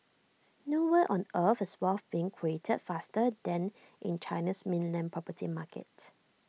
nowhere on earth is wealth being created faster than in China's mainland property market